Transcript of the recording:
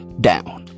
down